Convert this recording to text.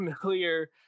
familiar